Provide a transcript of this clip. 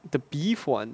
the beef [one]